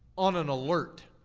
on an alert.